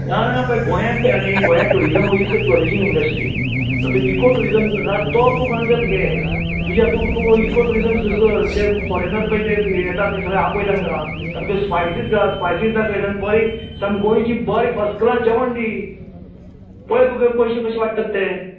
ना ना पय गोंयात पय हा न्ही गोंयात tourism is a flourishing industry सद्या इको टुरिजम जो आसा तो काॅन्सेप्ट घे तुज्या हातूंक तूं इको टुरिजम सुरू कर ते फोरेनर पय ते येतात तें सगळे आपय ते तेंका तांकां स्पायसीस घाल स्पायसीस दाखय तांकां बरें सामकी गोंयची बरें फस्ट क्लास जेवण दी पळय तुजे पयशे कशें वाडटात ते